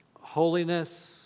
holiness